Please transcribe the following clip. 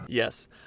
Yes